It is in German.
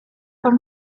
von